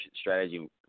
strategy